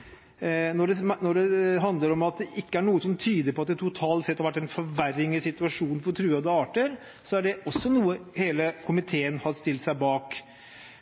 at det ikke er noe som tyder på at det totalt sett har vært en forverring i situasjonen for truede arter, har også hele komiteen stilt seg bak.